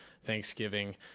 Thanksgiving